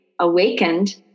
awakened